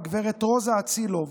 גב' רוזה אצילוב